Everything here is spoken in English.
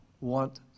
want